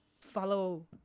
follow